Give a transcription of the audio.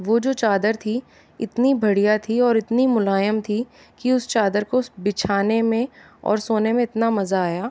वो जो चादर थी इतनी बढ़िया थी और इतनी मुलायम थी की उस चादर को बिछाने में और सोने में इतना मजा आया